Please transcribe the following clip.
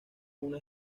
una